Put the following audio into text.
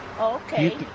Okay